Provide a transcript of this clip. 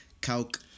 Calc